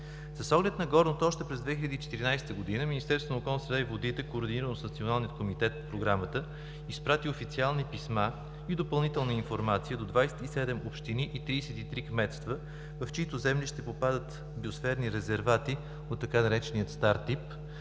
С оглед на горното още през 2014 г. Министерството на околната среда и водите координирано с Националния комитет по Програмата, изпрати официални писма и допълнителна информация до 27 общини и 33 кметства, в чиито землища попадат биосферни резервати от така наречения „стар тип“,